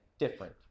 Different